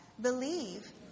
believe